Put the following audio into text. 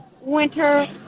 winter